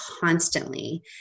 constantly